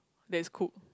that's cooked